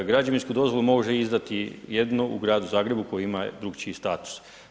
Građevinsku dozvolu može izdati jedino u gradu Zagrebu ko ima drukčiji status.